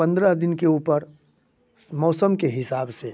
पंद्रह दिन के ऊपर मौसम के हिसाब से